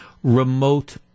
remote